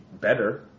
better